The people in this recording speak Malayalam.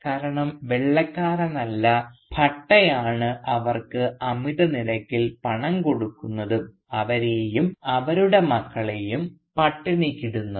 കാരണം വെള്ളക്കാരനല്ല ഭട്ടയാണ് അവർക്ക് അമിത നിരക്കിൽ പണം കടം കൊടുക്കുന്നതും അവരെയും അവരുടെ മക്കളെയും പട്ടിണിക്ക് ഇടുന്നതും